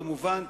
כמובן,